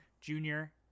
Junior